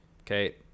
okay